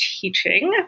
teaching